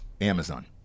Amazon